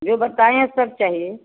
जो बताए हैं सब चाहिए